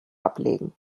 ablegen